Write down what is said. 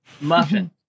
muffin